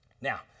Now